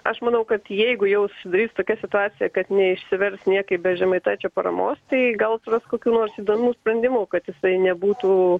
aš manau kad jeigu jau susidarys tokia situacija kad neišsivers niekaip be žemaitaičio paramos tai gal suras kokių nors įdomių sprendimų kad jisai nebūtų